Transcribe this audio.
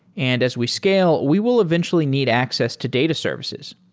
and as we scale, we will eventually need access to data services.